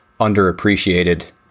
underappreciated